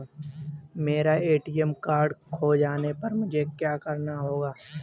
मेरा ATM card खो जाने पर मुझे क्या करना होगा?